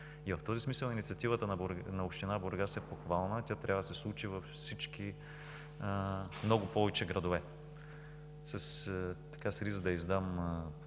В този смисъл инициативата на община Бургас е похвална. Тя трябва да се случи в много повече градове. С риск да издам